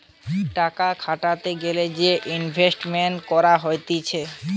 টাকা খাটাতে গ্যালে যে ইনভেস্টমেন্ট করা হতিছে